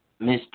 Mr